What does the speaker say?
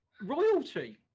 royalty